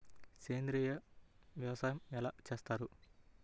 సేంద్రీయ వ్యవసాయం ఎలా చేస్తారు?